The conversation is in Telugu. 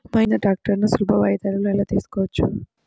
మహీంద్రా ట్రాక్టర్లను సులభ వాయిదాలలో ఎలా తీసుకోవచ్చు?